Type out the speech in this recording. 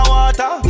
Water